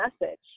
message